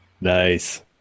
Nice